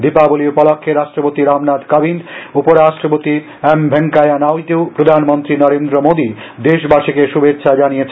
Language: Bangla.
দীপাবলি উপলক্ষে রাষ্ট্রপতি রামনাথ কোবিন্দ উপরাষ্ট্রপতি এম ভেঙ্কাইয়া নাইডু প্রধানমন্ত্রী নরেন্দ্র মোদি দেশবাসীকে শুভেচ্ছা জানিয়েছেন